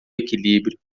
equilíbrio